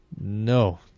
No